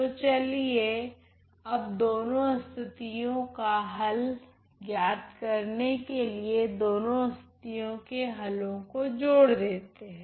तो चलिए अब दोनों स्थितियो का हल ज्ञात करने के लिए दोनों स्थितियों के हलों को जोड़ देते हैं